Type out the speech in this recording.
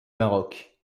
maroc